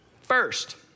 first